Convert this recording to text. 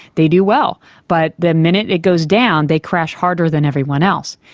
they do well, but the minute it goes down they crash harder than everyone else.